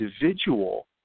individual